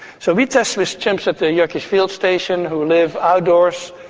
so we test with chimps at the yerkes field station who live outdoors,